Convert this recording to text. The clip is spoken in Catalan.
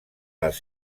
les